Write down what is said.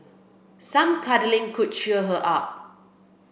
some cuddling could cheer her up